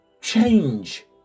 change